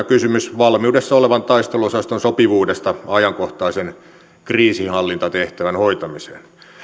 kysymys valmiudessa olevan taisteluosaston sopivuudesta ajankohtaisen kriisinhallintatehtävän hoitamiseen